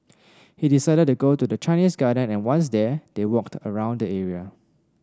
he decided to go to the Chinese Garden and once there they walked around the area